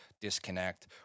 disconnect